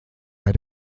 bei